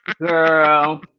Girl